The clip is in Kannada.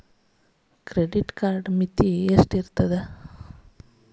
ಕ್ರೆಡಿಟ್ ಕಾರ್ಡದು ಮಿತಿ ಎಷ್ಟ ಇರ್ತದ?